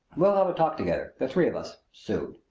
we'll have a talk together the three of us soon.